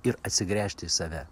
ir atsigręžti į save